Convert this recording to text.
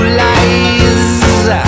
lies